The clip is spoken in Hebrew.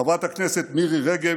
חברת הכנסת מירי רגב,